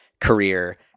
career –